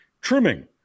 trimming